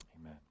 Amen